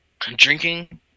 drinking